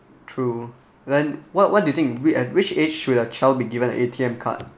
true then what what do you think we at which age should your child be given an A_T_M card